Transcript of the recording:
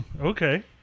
Okay